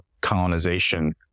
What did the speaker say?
colonization